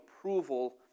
approval